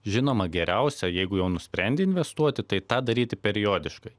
žinoma geriausia jeigu jau nusprendei investuoti tai tą daryti periodiškai